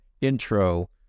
intro